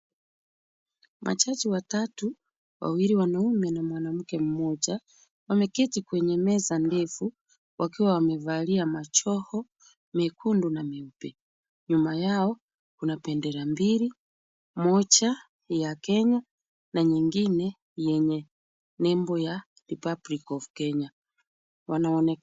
Majaji watatu, wawili wanaume na mwanamke mmoja, wameketi kwenye meza ndefu wakiwa wamevalia majoho mekundu na meupe. Nyuma yao kuna bendera mbili, moja ya Kenya na nyingine yenye nembo ya republic of Kenya .Wanaonekana.